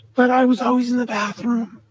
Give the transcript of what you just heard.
but i was always in the bathroom.